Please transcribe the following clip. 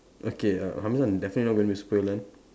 okay uh Hamzan definitely not going to be super villain